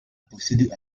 posséder